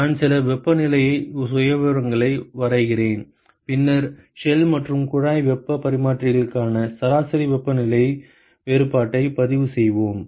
நான் சில வெப்பநிலை சுயவிவரங்களை வரைகிறேன் பின்னர் ஷெல் மற்றும் குழாய் வெப்பப் பரிமாற்றிகளுக்கான சராசரி வெப்பநிலை வேறுபாட்டை பதிவுசெய்வோம்